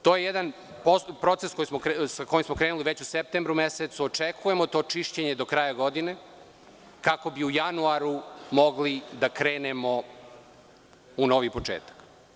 To je jedan proces sa kojim smo krenuli već u septembru mesecu, očekujemo to čišćenje do kraja godine, kako bi u januaru mogli da krenemo u novi početak.